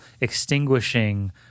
extinguishing